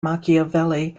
machiavelli